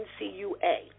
NCUA